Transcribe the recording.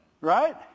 Right